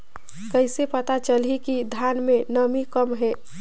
कइसे पता चलही कि धान मे नमी कम हे?